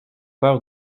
peur